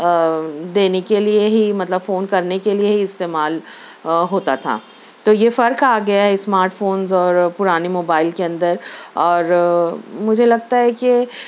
دینے کے لیے ہی مطلب فون کرنےکے لیے ہی استعمال ہوتا تھا تو یہ فرق آگیا ہے اسمارٹ فونز اور پرانے موبائل کی اندر اور مجھے لگتا ہے کہ